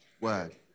word